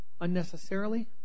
unnecessarily